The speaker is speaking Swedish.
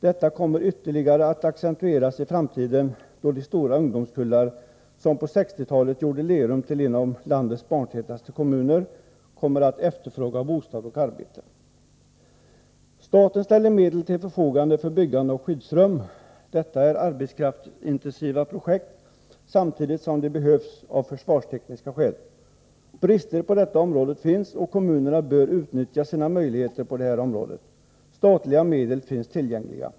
Detta kommer att ytterligare accentueras i framtiden då de stora ungdomskullar, som på 1960-talet gjorde Lerum till en av landets barntätaste kommuner, kommer att efterfråga bostad och arbete. Staten ställer medel till förfogande för byggande av skyddsrum. Detta är arbetskraftsintensiva projekt, samtidigt som de behövs av försvarstekniska skäl. Brister på detta område finns, och kommunerna bör utnyttja sina möjligheter på området. Statliga medel finns tillgängliga.